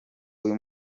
uyu